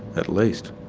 at least.